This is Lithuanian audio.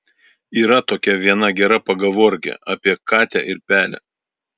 yra tokia viena gera pagavorkė apie katę ir pelę